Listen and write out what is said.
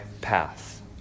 path